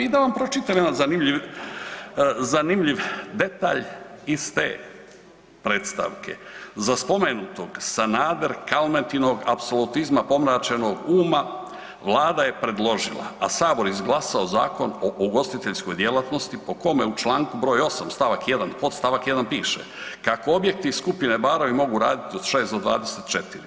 I da vam pročitam jedan zanimljiv detalj iz te predstavke, za spomenutog Sanader-Kalmetinog apsolutizma pomračenog uma vlada je predložila, a Sabor izglasao Zakon o ugostiteljskoj djelatnosti po kome u čl. 8. st. 1. podstavak 1. piše „kako objekti i supine barovi mogu raditi od 6 do 24“